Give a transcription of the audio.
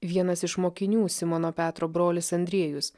vienas iš mokinių simono petro brolis andriejus